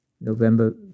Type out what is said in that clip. November